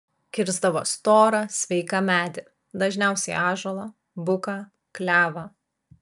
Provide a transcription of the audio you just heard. kirsdavo storą sveiką medį dažniausiai ąžuolą buką klevą